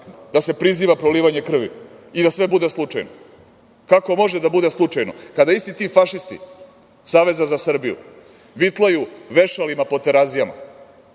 da se priziva prolivanje krvi i da sve bude slučajno. Kako može da bude slučajno kada isti ti fašisti Saveza za Srbiju vitlaju vešalima po Terazijama,